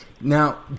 Now